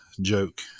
joke